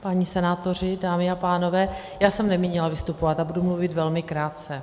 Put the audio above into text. Páni senátoři, dámy a pánové, já jsem nemínila vystupovat a budu mluvit velmi krátce.